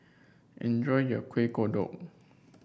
enjoy your Kuih Kodok